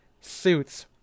suits